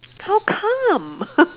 how come